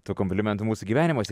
tų komplimentų mūsų gyvenimuose